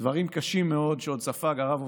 דברים קשים מאוד שעוד ספג הרב עובדיה.